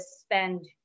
spend